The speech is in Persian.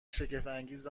شگفتانگیز